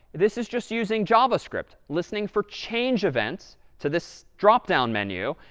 this is just using javascript, listening for change events to this drop down menu,